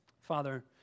Father